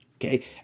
okay